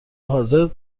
حاضر